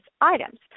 items